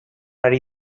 ari